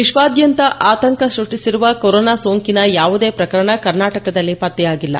ವಿಶ್ವಾದ್ಯಂತ ಆತಂಕ ಸೃಷ್ಟಿಸಿರುವ ಕೊರೋನಾ ಸೋಂಕಿನ ಯಾವುದೇ ಪ್ರಕರಣ ಕರ್ನಾಟಕದಲ್ಲಿ ಪತ್ತೆಯಾಗಿಲ್ಲ